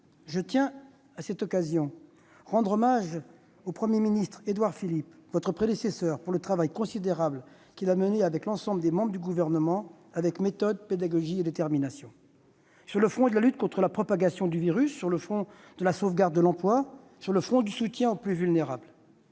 Je tiens, à cette occasion, à rendre hommage au Premier ministre Édouard Philippe, votre prédécesseur, pour le travail considérable qu'il a mené avec l'ensemble des membres de son gouvernement, avec méthode, pédagogie et détermination, sur le front de la lutte contre la propagation du virus, sur le front de la sauvegarde de l'emploi et sur le front du soutien aux plus vulnérables.